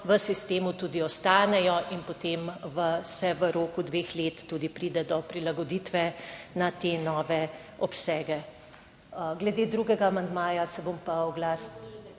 v sistemu tudi ostanejo in potem se v roku dveh let tudi pride do prilagoditve na te nove obsege. Glede drugega amandmaja se bom pa oglasila...